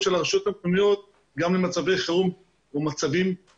הרשויות המקומיות גם במצבי חירום בשגרה,